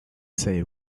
say